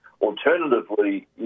Alternatively